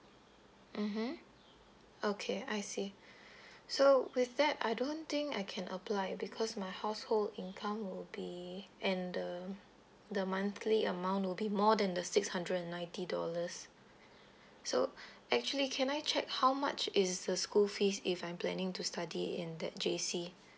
mmhmm okay I see so with that I don't think I can apply because my household income will be and the the monthly amount would be more than the six hundred and ninety dollars so actually can I check how much is the school fees if I'm planning to study in that J_C